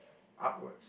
upward